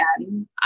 again